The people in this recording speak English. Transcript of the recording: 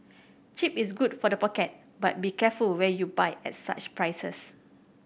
cheap is good for the pocket but be careful where you buy at such prices